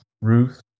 Ruth